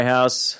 House